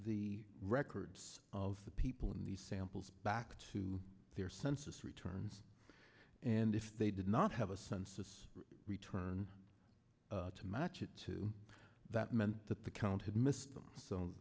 the records of the people in the samples back to their census returns and if they did not have a census return to match it to that meant that the count had missed them so